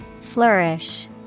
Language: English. Flourish